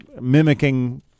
mimicking